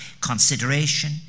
consideration